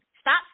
Stop